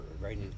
right